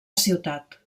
ciutat